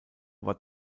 war